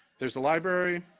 there's a library,